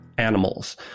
Animals